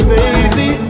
Baby